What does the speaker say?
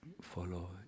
follow